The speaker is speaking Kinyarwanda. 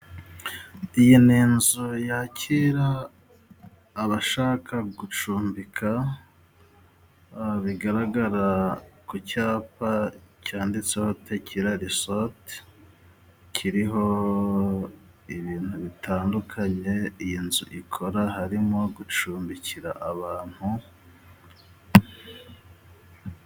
Iyi ni nzu yakira abashaka gucumbika, bigaragara ku cyapa cyanditseho Tekirarisote kiriho ibintu bitandukanye iyi nzu ikora, harimo gucumbikira abantu.